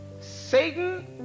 Satan